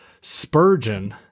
Spurgeon